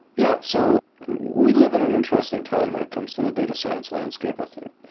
yeah. so we live in an interesting time when it comes to the data science landscape, i think.